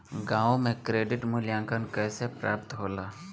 गांवों में क्रेडिट मूल्यांकन कैसे प्राप्त होला?